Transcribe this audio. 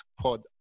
pod